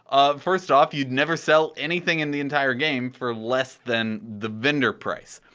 first off, you'd never sell anything in the entire game for less than the vendor price.